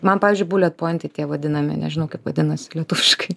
man pavyzdžiui bulet pointai tie vadinami nežinau kaip vadinasi lietuviškai